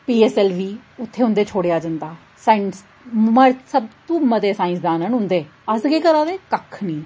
एह् निं दिखदे मोएओ जेह्ड़ा पढ़ेआ उ'नें जेह्ड़ा कीता उ'नें ओह् नेईं करना बस इक दुए गी दिक्खियै सड़ना फकोना पढ़ना नेईं कम्म नेईं ने करना बस इ'यै फर्क ऐ उं'दे च ते साढ़े च